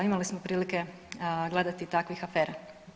Imali smo prilike gledati takvih afera.